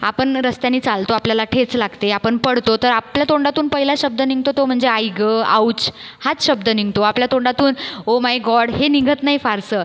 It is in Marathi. आपण रस्त्याने चालतो आपल्याला ठेच लागते आपण पडतो तर आपल्या तोंडातून पहिला शब्द निघतो तो म्हणजे आई ग आऊच हाच शब्द निघतो आपल्या तोंडातून ओ माय गॉड हे निघत नाही फारसं